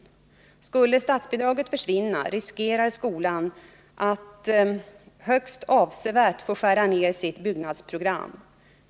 ——-. Skulle statsbidraget försvinna riskerar skolan att högst avsevärt få skära ner sitt byggnadsprogram.